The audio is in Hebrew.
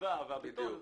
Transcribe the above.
החציבה והבטון,